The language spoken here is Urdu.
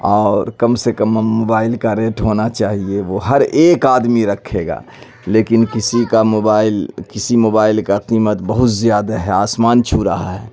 اور کم سے کم موبائل کا ریٹ ہونا چاہیے وہ ہر ایک آدمی رکھے گا لیکن کسی کا موبائل کسی موبائل کا قیمت بہت زیادہ ہے آسمان چھو رہا ہے